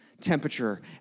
temperature